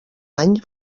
any